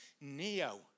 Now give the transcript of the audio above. Neo